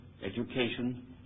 education